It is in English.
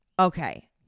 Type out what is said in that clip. Okay